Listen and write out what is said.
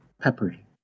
peppery